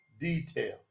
detail